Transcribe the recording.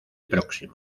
próximo